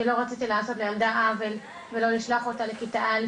כי לא רציתי לעשות לילדה עוול ולא לשלוח אותה לכיתה א',